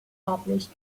published